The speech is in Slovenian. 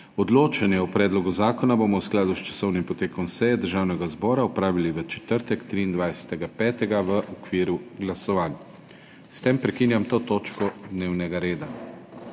Odločanje o predlogu zakona bomo v skladu s časovnim potekom seje Državnega zbora opravili v četrtek, 23. 5., v okviru glasovanj. S tem prekinjam to točko dnevnega reda.